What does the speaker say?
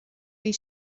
bhí